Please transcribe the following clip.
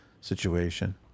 situation